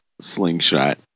slingshot